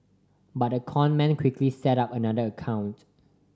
but the con man quickly set up another account